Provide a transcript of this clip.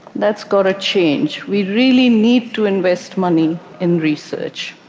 that's got to change. we really need to invest money in research.